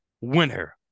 winner